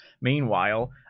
meanwhile